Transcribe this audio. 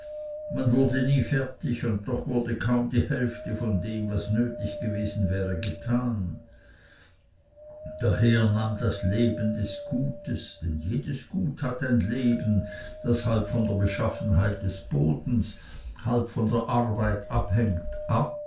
man wurde nie fertig und doch wurde kaum die hälfte von dem was nötig gewesen wäre getan daher nahm das leben des gutes denn jedes gut hat ein leben das halb von der beschaffenheit des bodens halb von der arbeit abhängt ab